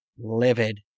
livid